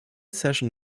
session